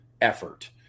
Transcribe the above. effort